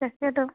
তাকেটো